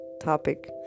topic